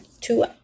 two